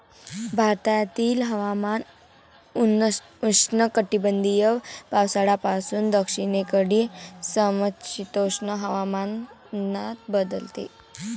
भारतातील हवामान उष्णकटिबंधीय पावसाळ्यापासून दक्षिणेकडील समशीतोष्ण हवामानात बदलते